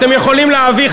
אתם יכולים להביא,